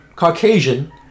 Caucasian